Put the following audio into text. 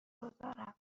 گذارم